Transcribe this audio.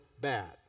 bad